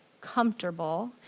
comfortable